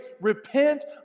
repent